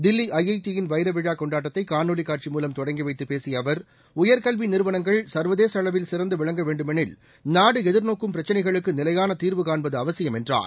Delhi IIT யின் வைரவிழா கொண்டாட்டத்தை காணொளிக் காட்சி மூலம் தொடங்கி வைத்துப் பேசிய அவர் உயர்கல்வி நிறுவனங்கள் சர்வதேச அளவில் சிறந்து விளங்க வேண்டுமெனில் நாடு எதிர்நோக்கும் பிரச்சினைகளுக்கு நிலையான தீர்வு காண்பது அவசியம் என்றார்